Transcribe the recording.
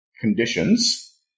conditions